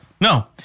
No